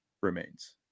remains